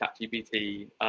ChatGPT